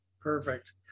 perfect